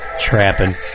Trapping